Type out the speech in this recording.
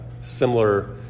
similar